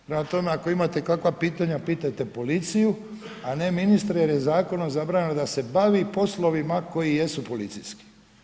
Prema tome ako imate kakva pitanja pitajte policiju a ne ministre jer je zakonom zabranjeno da se bavi poslovima koji jesu policijski.